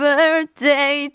Birthday